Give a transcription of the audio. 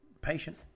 patient